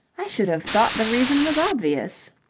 i should have thought the reason was obvious.